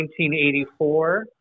1984